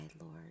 Lord